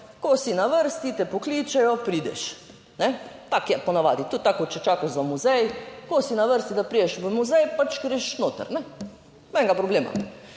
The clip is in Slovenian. ko si na vrsti, te pokličejo, prideš, ako je po navadi tudi tako, če čakaš za muzej, ko si na vrsti, da prideš v muzej, pač greš noter, nobenega problema.